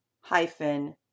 hyphen